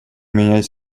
менять